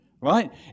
Right